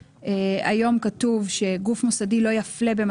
בנוסח המקורי היה כתוב ש"גוף מוסדי לא יפלה,